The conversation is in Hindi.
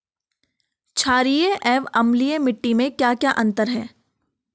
छारीय एवं अम्लीय मिट्टी में क्या क्या अंतर हैं?